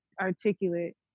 articulate